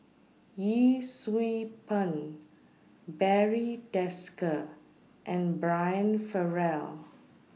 Yee Siew Pun Barry Desker and Brian Farrell